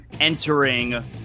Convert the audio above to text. entering